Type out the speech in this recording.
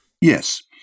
Yes